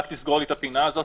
רק תסגור לי את הפינה הזאת,